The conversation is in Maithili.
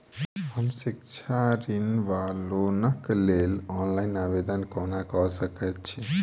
हम शिक्षा ऋण वा लोनक लेल ऑनलाइन आवेदन कोना कऽ सकैत छी?